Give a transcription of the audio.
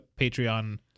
Patreon